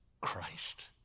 Christ